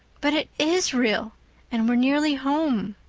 but it is real and we're nearly home.